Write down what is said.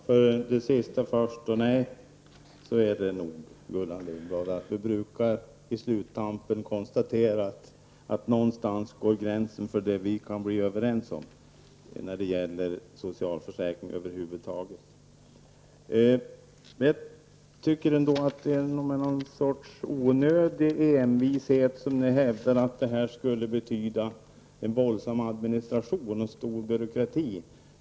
Herr talman! För att ta det sista först: Nej, Gullan Lindblad, i sluttampen brukar vi konstatera att gränsen går någonstans där vi inte kan komma överens när det gäller socialförsäkring över huvud taget. Jag tycker att ni med en viss onödig envishet hävdar att det skulle bli fråga om en våldsam administration och stor byråkrati.